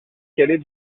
calais